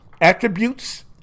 attributes